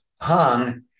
hung